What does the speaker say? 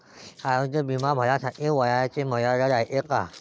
आरोग्य बिमा भरासाठी वयाची मर्यादा रायते काय?